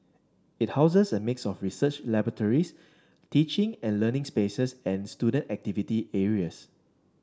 it houses a mix of research laboratories teaching and learning spaces and student activity areas